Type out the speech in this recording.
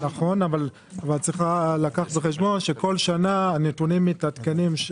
נכון אבל יש לקחת בחשבון שכל שנה הנתונים מתעדכנים.